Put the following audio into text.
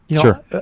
Sure